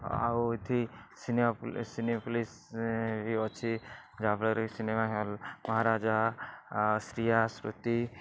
ଆଉ ଉଇଥି ସିନେପଲିସ୍ରେ ଅଛି ଯାହା ଫଳରେ କି ସିନେମା ହଲ୍ ମହାରାଜା ଶ୍ରୀୟା ଶ୍ରୁତି